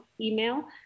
email